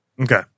Okay